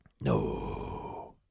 No